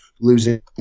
losing